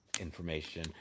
information